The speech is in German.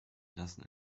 lassen